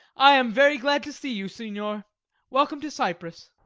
i am very glad to see you, signior welcome to cyprus.